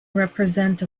represent